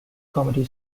comedy